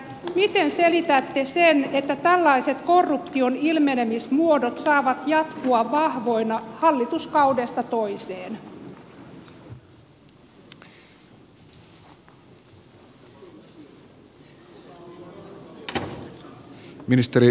miten selitätte sen että tällaiset korruption ilmenemismuodot saavat jatkua vahvoina hallituskaudesta toiseen